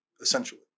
essentially